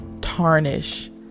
tarnish